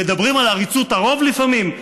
מדברים על עריצות הרוב לפעמים.